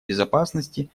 безопасности